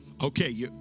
Okay